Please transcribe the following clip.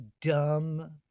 dumb